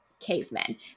Cavemen